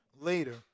later